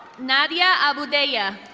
nadia abudeya.